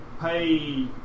pay